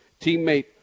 teammate